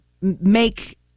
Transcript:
make